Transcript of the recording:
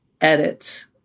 edit